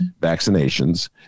vaccinations